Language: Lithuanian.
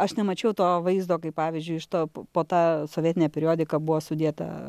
aš nemačiau to vaizdo kaip pavyzdžiui iš to po tą sovietinę periodiką buvo sudėta